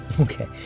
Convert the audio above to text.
Okay